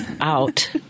out